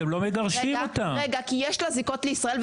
כי יש לה זיקות לישראל.